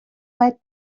باید